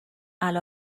علی